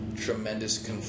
tremendous